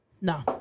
No